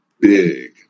big